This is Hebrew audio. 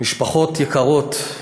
משפחות יקרות,